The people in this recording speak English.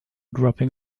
dropping